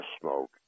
smoke